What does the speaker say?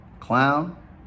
Clown